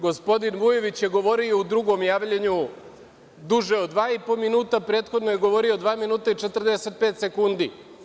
Gospodin Vujović je govorio u drugom javljanju duže od dva i po minuta, prethodno je govorio dva minuta i 45 sekundi.